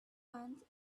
want